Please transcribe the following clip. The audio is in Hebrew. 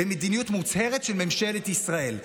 במדיניות מוצהרת של ממשלת ישראל,